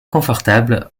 confortable